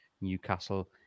Newcastle